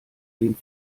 den